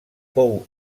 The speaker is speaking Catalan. fou